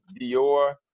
Dior